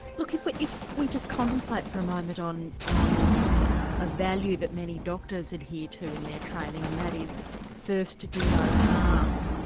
look, if we if we just contemplate for a moment on on a value that many doctors adhere to in their training and that is first do no harm,